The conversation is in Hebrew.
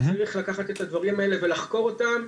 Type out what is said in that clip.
צריך לקחת את הדברים האלה ולחקור אותם,